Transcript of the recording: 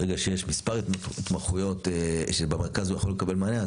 ברגע שיש מספר התמחויות שבמרכז לא יכולים לקבל מענה,